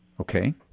Okay